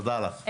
תודה לך,